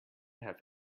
have